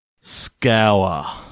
Scour